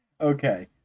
Okay